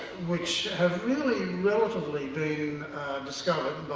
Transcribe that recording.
which have really relatively been discovered,